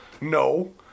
No